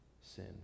Sin